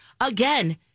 again